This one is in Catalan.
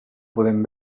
podem